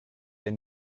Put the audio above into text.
der